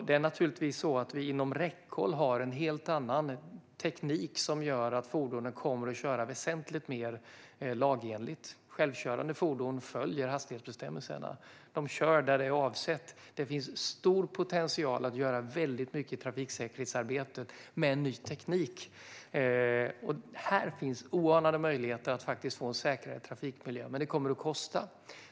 Det är naturligtvis så att det inom räckhåll finns en helt annan teknik som gör att fordon kommer att köra väsentligt mer lagenligt. Självkörande fordon följer hastighetsbestämmelserna. De kör där det är avsett att de ska köra. Det finns en stor potential att göra mycket trafiksäkerhetsarbete med hjälp av ny teknik. Här finns oanade möjligheter att få en säkrare trafikmiljö, men det kommer att kosta.